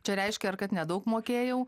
čia reiškia ar kad nedaug mokėjau